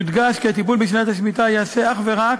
יודגש כי הטיפול בשנת השמיטה ייעשה אך ורק